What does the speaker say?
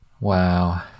Wow